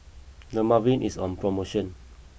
Dermaveen is on promotion